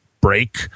break